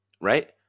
right